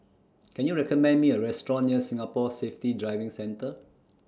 Can YOU recommend Me A Restaurant near Singapore Safety Driving Centre